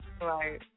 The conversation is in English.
Right